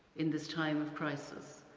in this time of crisis.